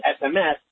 SMS